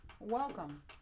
Welcome